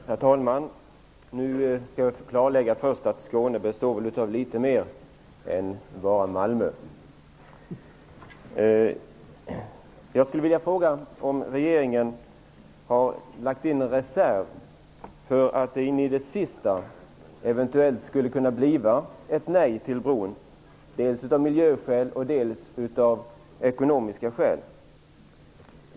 Herr talman! Jag skall först klarlägga att Skåne består av litet mer än bara Malmö. Jag skulle vilja fråga om regeringen har lagt in en reserv för att det in i det sista eventuellt skulle kunna bli ett nej till bron av dels miljöskäl, dels ekonomiska skäl.